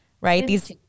right